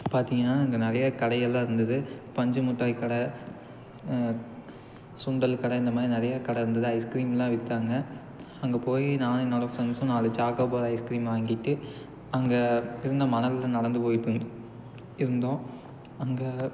பார்த்தீங்கன்னா அங்கே நிறையா கடைகள்லாம் இருந்துது பஞ்சு முட்டாய் கடை சுண்டல் கடை இந்த மாதிரி நிறையா கடை இருந்துது ஐஸ்கிரீம்லாம் விற்தாங்க அங்கே போய் நானும் என்னோடய ஃப்ரெண்ட்ஸும் நாலு சாக்கோபார் ஐஸ்கிரீம் வாங்கிட்டு அங்கே இருந்த மணலில் நடந்து போயிட்டு இருந்தோம் அங்க